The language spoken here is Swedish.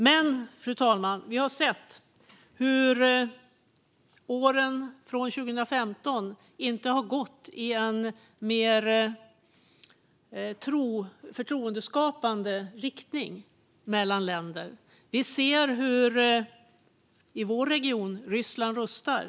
Men, fru talman, vi har sett hur åren från 2015 inte har gått i en mer förtroendeskapande riktning mellan länder. I vår region ser vi hur Ryssland rustar.